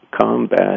combat